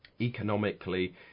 economically